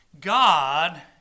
God